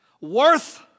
worth